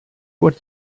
what